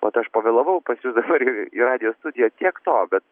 vat aš pavėlavau pas jus dabar į į radijo studiją tiek to bet